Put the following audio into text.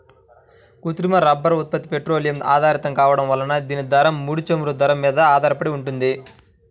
కృత్రిమ రబ్బరు ఉత్పత్తి పెట్రోలియం ఆధారితం కావడం వల్ల దీని ధర, ముడి చమురు ధర మీద ఆధారపడి ఉంటుంది